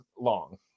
long